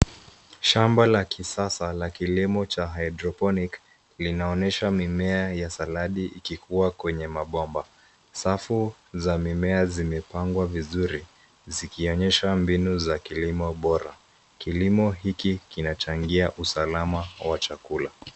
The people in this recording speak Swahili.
Shamba la kisasa la kilimo cha hydroponic , linaonyesha mimea ya saladi, ikikua kwenye mabomba. Safu za mimea zimepangwa vizuri zikionyesha mbinu za kilimo bora. Kilimo hiki kinachangia usalama wa chakula.